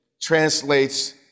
translates